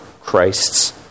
Christ's